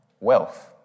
wealth